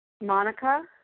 Monica